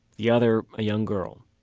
the other a young girl.